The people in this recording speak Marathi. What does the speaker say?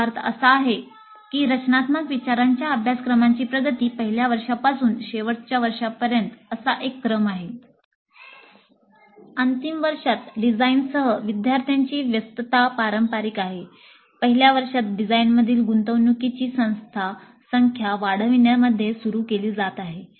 याचा अर्थ असा आहे की रचनात्मक विचारांच्या अभ्यासक्रमाची प्रगती पहिल्या वर्षापासून शेवटच्या वर्षापासून असा एक क्रम आहे अंतिम वर्षात डिझाइनसह विद्यार्थ्यांची व्यस्तता पारंपारिक आहे पहिल्या वर्षात डिझाइनमधील गुंतवणूकीची संस्था संख्या वाढविण्यामध्ये सुरू केली जात आहे